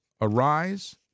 arise